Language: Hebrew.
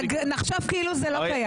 נחשוב כאילו זה לא קיים.